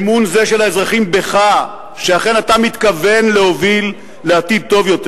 אמון זה של האזרחים בך שאכן אתה מתכוון להוביל לעתיד טוב יותר,